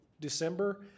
december